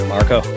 Marco